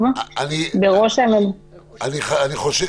אני בודק את זה.